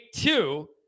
two